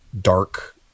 dark